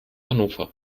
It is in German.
hannover